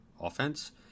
offense